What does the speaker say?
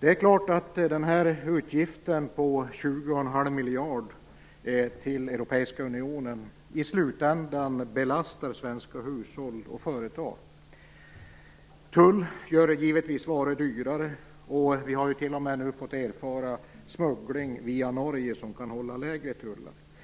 Det är klart att utgiften på 20,5 miljarder till Europeiska unionen i slutändan belastar svenska hushåll och företag. Tull gör givetvis varor dyrare. Vi har nu t.o.m. fått erfara smuggling via Norge, som kan hålla lägre tullar.